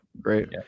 great